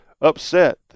upset